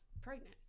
pregnant